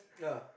yeah